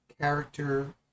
character